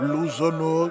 Luzono